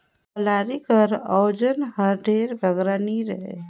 कलारी कर ओजन हर ढेर बगरा नी रहें